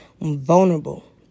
vulnerable